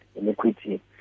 iniquity